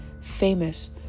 famous